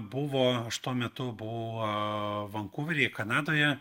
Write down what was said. buvo aš tuo metu buvau vankuveryje kanadoje